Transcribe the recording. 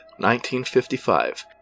1955